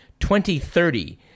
2030